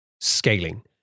scaling